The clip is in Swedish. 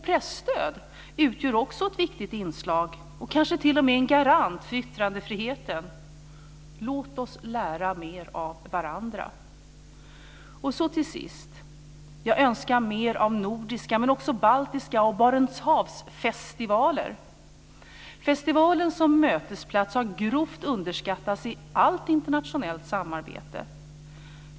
Presstöd utgör också ett viktigt inslag - det kanske t.o.m. är en garant - för yttrandefriheten. Låt oss lära mer av varandra. Till sist önskar jag mer av nordiska men också baltiska festivaler samt Barentshavsfestivaler. Festivalen som mötesplats har grovt underskattats i allt internationellt samarbete.